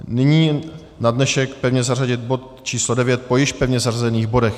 Nyní na dnešek pevně zařadit bod číslo 9 po již pevně zařazených bodech.